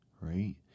right